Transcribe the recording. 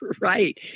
right